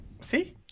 See